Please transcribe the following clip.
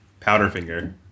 Powderfinger